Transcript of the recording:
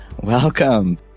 Welcome